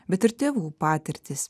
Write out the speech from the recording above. bet ir tėvų patirtys